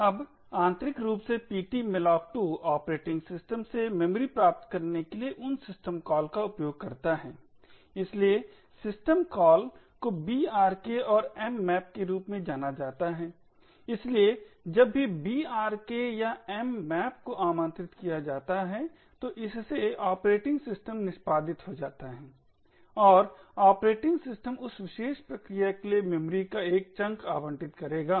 अब आंतरिक रूप से ptmalloc2 ऑपरेटिंग सिस्टम से मेमोरी प्राप्त करने के लिए उन सिस्टम कॉल का उपयोग करता है इसलिए सिस्टम कॉल को brk और mmap के रूप में जाना जाता है इसलिए जब भी brk या mmap को आमंत्रित किया जाता है तो इससे ऑपरेटिंग सिस्टम निष्पादित हो जाता है और ऑपरेटिंग सिस्टम उस विशेष प्रक्रिया के लिए मेमोरी का एक चंक आवंटित करेगा